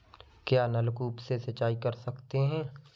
क्या नलकूप से सिंचाई कर सकते हैं?